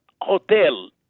Hotel